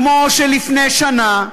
כמו שלפני שנה,